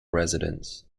residents